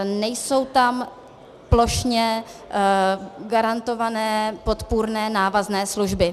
Nejsou tam plošně garantované podpůrné návazné služby.